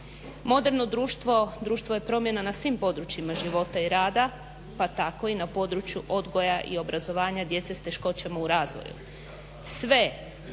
društvo, društvo je promjena na svim područjima i rada pa tako i na području odgoja i obrazovanja djece s teškoćama u razvoju.